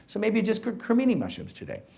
so maybe just cook crimini mushrooms today.